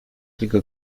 quelque